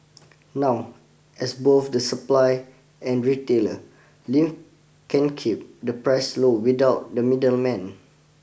now as both the supply and retailer Lim can keep the price low without the middleman